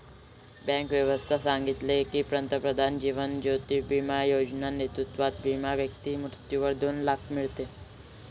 bank व्यवस्था सांगितले की, पंतप्रधान जीवन ज्योती बिमा योजना नेतृत्वात विमा व्यक्ती मृत्यूवर दोन लाख मीडते